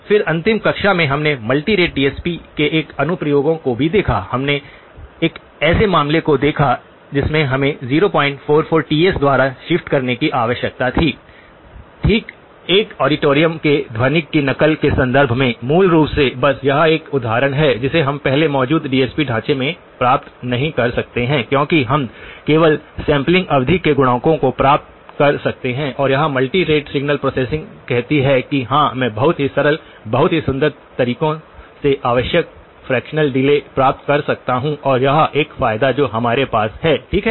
फिर अंतिम कक्षा में हमने मल्टी रेट डीएसपी के एक अनुप्रयोग को भी देखा हमने एक ऐसे मामले को देखा जिसमें हमें 044Ts द्वारा शिफ्ट करने की आवश्यकता थी ठीक एक ऑडिटोरियम के ध्वनिकी की नकल के संदर्भ में मूल रूप से बस यह एक उदाहरण है जिसे हम अपने मौजूदा डीएसपी ढांचे में प्राप्त नहीं कर सकते हैं क्योंकि हम केवल सैंपलिंग अवधि के गुणकों को प्राप्त कर सकते हैं और यह मल्टी रेट सिग्नल प्रोसेसिंग कहती है कि हां मैं बहुत ही सरल बहुत ही सुंदर तरीकों से आवश्यक फ्रॅक्शनल डिलेस प्राप्त कर सकता हूं और यह एक फायदा जो हमारे पास है ठीक है